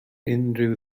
unrhyw